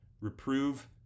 reprove